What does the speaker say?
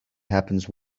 happens